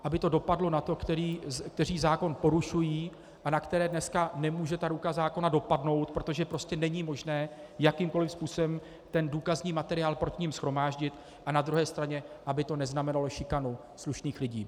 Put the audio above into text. Aby to dopadlo na ty, kteří zákon porušují a na které nemůže dnes ruka zákona dopadnout, protože není možné jakýmkoliv způsobem důkazní materiál proti nim shromáždit, a na druhé straně aby to neznamenalo šikanu slušných lidí.